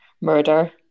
murder